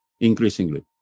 increasingly